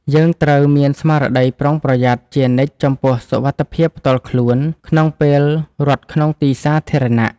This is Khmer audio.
យើងត្រូវមានស្មារតីប្រុងប្រយ័ត្នជានិច្ចចំពោះសុវត្ថិភាពផ្ទាល់ខ្លួនក្នុងពេលរត់ក្នុងទីសាធារណៈ។